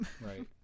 Right